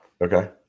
Okay